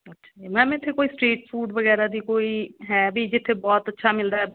ਅੱਛਾ ਜੀ ਮੈਮ ਇੱਥੇ ਕੋਈ ਸਟ੍ਰੀਟ ਫੂਡ ਵਗੈਰਾ ਦੀ ਕੋਈ ਹੈ ਵੀ ਜਿੱਥੇ ਬਹੁਤ ਅੱਛਾ ਮਿਲਦਾ ਹੈ